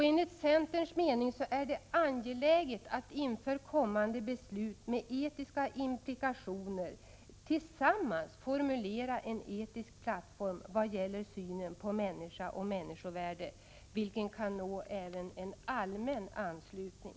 Enligt centerns mening är det angeläget att vi inför kommande beslut med etiska implikationer diskuterar oss fram till en gemensam plattform vad gäller synen på människa och människovärde, en syn som kan få en allmän uppslutning.